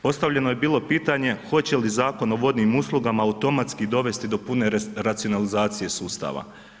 Postavljeno je bilo pitanje hoće li Zakon o vodnim uslugama automatski dovesti do pune racionalizacije sustava?